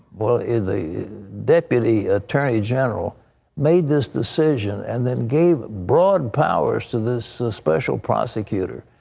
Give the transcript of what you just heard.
well, the the deputy attorney-general made this decision and then gave broad powers to this special prosecutor.